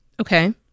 Okay